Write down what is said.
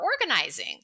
organizing